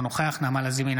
אינו נוכח נעמה לזימי,